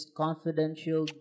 confidential